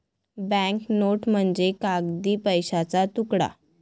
bank note म्हणजे कागदी पैशाचा तुकडा